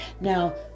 Now